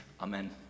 Amen